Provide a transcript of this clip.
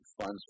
funds